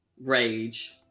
rage